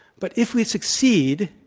but if we succeed,